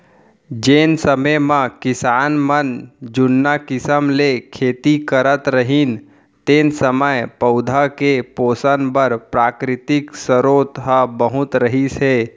जेन समे म किसान मन जुन्ना किसम ले खेती करत रहिन तेन समय पउधा के पोसन बर प्राकृतिक सरोत ह बहुत रहिस हे